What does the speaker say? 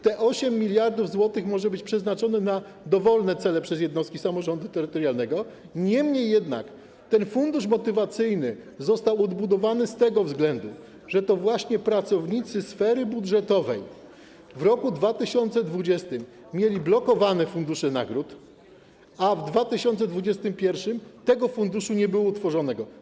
Te 8 mld zł może być przeznaczone na dowolne cele przez jednostki samorządu terytorialnego, niemniej jednak ten fundusz motywacyjny został odbudowany z tego względu, że to właśnie pracownicy sfery budżetowej w roku 2020 mieli blokowane fundusze nagród, a w 2021 r. ten fundusz nie był utworzony.